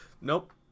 Nope